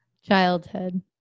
childhood